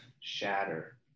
shatter